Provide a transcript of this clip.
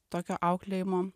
tokio auklėjimo